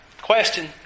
Question